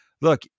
Look